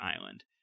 island